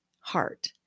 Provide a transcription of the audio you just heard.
heart